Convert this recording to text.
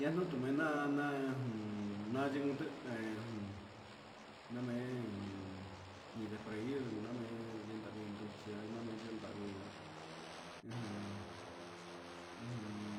Yanuu tumenan na'a ujun yanimetunen namen ni de freir namen nruché, namen yavii ajan